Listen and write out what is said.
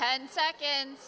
ten seconds